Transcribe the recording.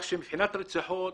מבחינת רציחות,